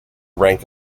rank